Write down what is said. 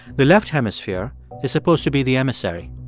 the left hemisphere is supposed to be the emissary.